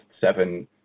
seven